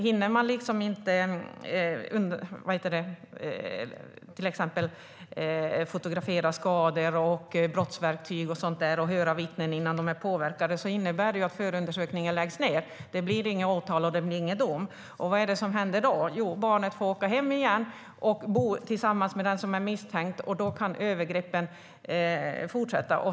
Hinner man inte till exempel fotografera skador och brottsverktyg samt höra vittnen innan de påverkas innebär det nämligen att förundersökningen läggs ned. Det blir inget åtal, och det blir ingen dom. Vad är det som händer då? Jo, barnet får åka hem igen och bo tillsammans med den som är misstänkt. Då kan övergreppen fortsätta.